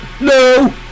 no